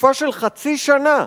לתקופה של חצי שנה.